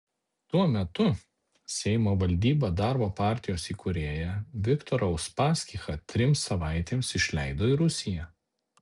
tuo metu seimo valdyba darbo partijos įkūrėją viktorą uspaskichą trims savaitėms išleido į rusiją